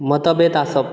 मतभेद आसप